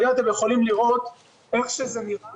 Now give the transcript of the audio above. אבל אם אתם יכולים לראות איך שזה נראה